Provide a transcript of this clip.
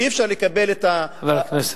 חבר הכנסת.